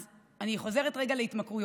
אז אני חוזרת רגע להתמכרויות.